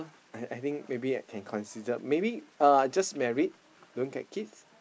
I I think maybe I can consider maybe uh just married don't get kids